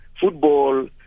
football